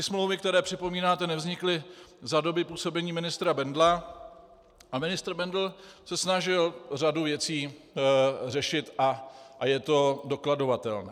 Smlouvy, které připomínáte, nevznikly za doby působení ministra Bendla a ministr Bendl se snažil řadu věcí řešit a je to dokladovatelné.